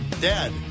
dead